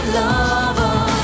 lover